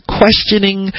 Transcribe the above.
questioning